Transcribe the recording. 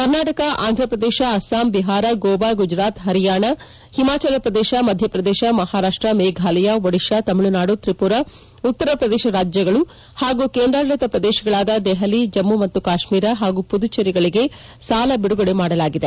ಕರ್ನಾಟಕ ಅಂಥ ಪ್ರದೇಶ ಅಸ್ಲಾಂ ಬಿಹಾರ ಗೋವಾ ಗುಜರಾತ್ ಪರಿಯಾಣ ಹಿಮಾಜಲ ಪ್ರದೇಶ ಮಧ್ಯಪ್ರದೇಶ ಮಹಾರಾಷ್ಟ ಮೇಘಾಲಯ ಒಡಿತಾ ತಮಿಳುನಾಡು ತ್ರಿಮರಾ ಉತ್ತರ ಪ್ರದೇಶ ರಾಜ್ಯಗಳು ಹಾಗೂ ಕೇಂದ್ರಾಡಳಿತ ಪ್ರದೇಶಗಳಾದ ದೆಹಲಿ ಜಮ್ಮ ಮತ್ತು ಕಾಶ್ವೀರ ಹಾಗೂ ಮದುಚೇರಿಗಳಿಗೆ ಸಾಲ ಬಿಡುಗಡೆ ಮಾಡಲಾಗಿದೆ